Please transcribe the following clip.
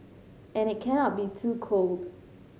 and it cannot be too cold